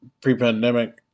pre-pandemic